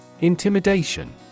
Intimidation